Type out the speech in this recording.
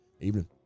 Evening